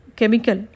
chemical